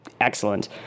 excellent